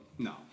No